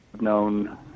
known